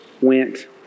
went